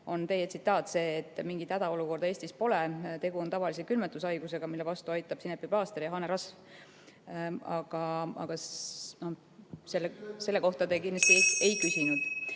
on teie tsitaat see, et mingit hädaolukorda Eestis pole, tegu on tavalise külmetushaigusega, mille vastu aitab sinepiplaaster ja hanerasv. Aga selle kohta te kindlasti ei küsinud. Mis